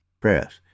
press